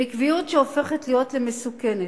בקביעות שהופכת להיות מסוכנת,